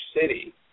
City